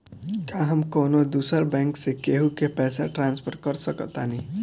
का हम कौनो दूसर बैंक से केहू के पैसा ट्रांसफर कर सकतानी?